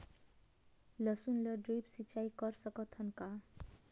लसुन ल ड्रिप सिंचाई कर सकत हन का?